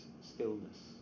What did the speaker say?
stillness